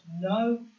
No